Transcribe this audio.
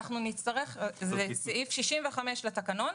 זה סעיף 65 לתקנון,